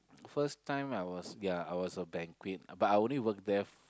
first time I was ya I was from banquet but I only work there